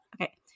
Okay